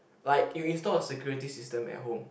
like you install a security system at home